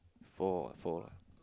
four four